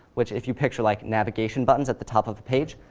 which, if you picture like navigation buttons at the top of the page,